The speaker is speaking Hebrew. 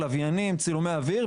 לוויינים וצילומי אוויר.